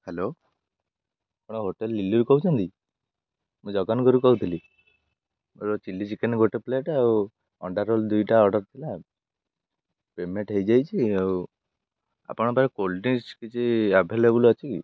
hello ଆପଣ hotel ଲିଲୀରୁ କହୁଛନ୍ତି ମୁଁ ରୁ କହୁଥିଲି ମୋର ଚିଲି ଚିକେନ୍ ଗୋଟେ ପ୍ଲେଟ୍ ଆଉ ଅଣ୍ଡା ରୋଲ୍ ଦୁଇଟା ଅର୍ଡ଼ର୍ ଥିଲା ପେମେଣ୍ଟ ହୋଇଯାଇଛି ଆଉ ଆପଣଙ୍କ ପାଖ କୋଲ୍ଡ ଡ୍ରିଙ୍କସ୍ କିଛି ଆଭେଲେବୁଲ୍ ଅଛି କି